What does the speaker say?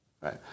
right